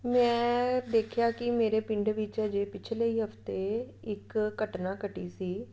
ਮੈਂ ਦੇਖਿਆ ਕਿ ਮੇਰੇ ਪਿੰਡ ਵਿੱਚ ਅਜੇ ਪਿਛਲੇ ਹੀ ਹਫ਼ਤੇ ਇੱਕ ਘਟਨਾ ਘਟੀ ਸੀ